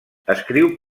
escriu